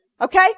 Okay